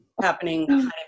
happening